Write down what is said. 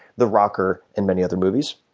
the rocker, and many other movies.